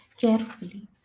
carefully